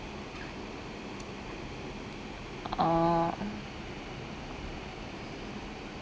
oh